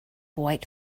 white